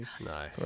No